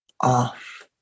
off